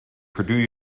purdue